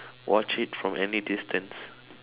watch it from any distance